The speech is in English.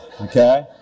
okay